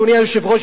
אדוני היושב-ראש,